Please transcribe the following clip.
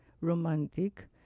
Romantic